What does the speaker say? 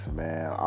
man